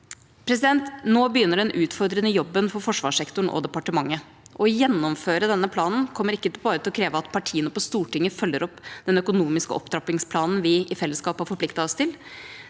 saken. Nå begynner den utfordrende jobben for forsvarssektoren og departementet. Å gjennomføre denne planen kommer ikke bare til å kreve at partiene på Stortinget følger opp den økonomiske opptrappingsplanen vi i fellesskap har forpliktet oss til.